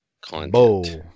content